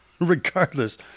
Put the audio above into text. regardless